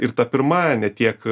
ir ta pirmąja ne tiek